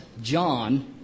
John